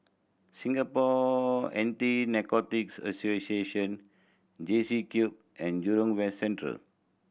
Singapore Anti Narcotics Association JCube and Jurong West Central